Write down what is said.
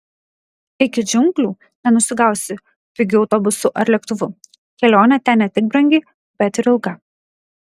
iki džiunglių nenusigausi pigiu autobusu ar lėktuvu kelionė ten ne tik brangi bet ir ilga